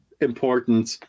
important